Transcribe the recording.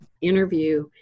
interview